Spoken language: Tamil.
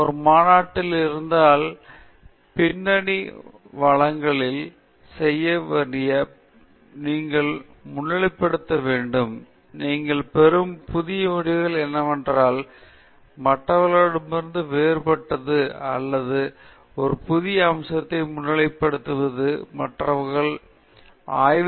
இது ஒரு மாநாட்டில் இருந்தால் பின்னணி வளங்களில் செய்த பிறகு மீண்டும் நீங்கள் முன்னிலைப்படுத்த வேண்டும் நீங்கள் பெறும் புதிய முடிவு என்னவென்றால் மற்றவர்களிடமிருந்து வேறுபட்டது அல்லது ஒரு புதிய அம்சத்தை முன்னிலைப்படுத்துவது மற்றவர்கள் ஆய்வு செய்யாத அந்த வேலைத்தளத்தில் அதனால் நீங்கள் முன்னிலைப்படுத்த வேண்டும் என்று ஒன்று இருக்கிறது